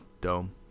Dome